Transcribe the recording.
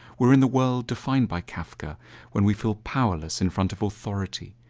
we are in the world defined by kafka when we feel powerless in front of authority,